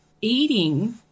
eating